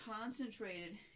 concentrated